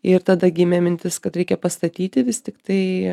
ir tada gimė mintis kad reikia pastatyti vis tiktai